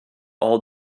all